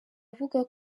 avuga